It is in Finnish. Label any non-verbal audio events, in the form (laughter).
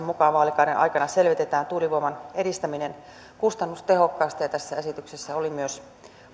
(unintelligible) mukaan vaalikauden aikana selvitetään tuulivoiman edistäminen kustannustehokkaasti ja tässä esityksessä oli myös